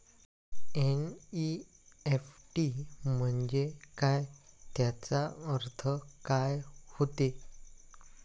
NEFT म्हंजे काय, त्याचा अर्थ काय होते?